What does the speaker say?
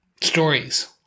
stories